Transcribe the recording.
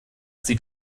sieht